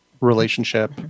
relationship